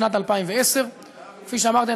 בשנת 2010. כפי שאמרתי,